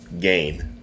gain